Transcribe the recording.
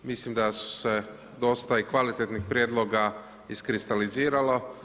Mislim da su se dosta i kvalitetnih prijedloga iskristaliziralo.